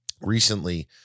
Recently